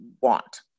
want